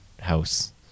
House